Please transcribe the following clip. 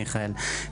מיכאל,